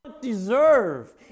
deserve